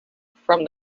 from